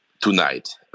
tonight